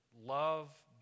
love